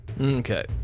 Okay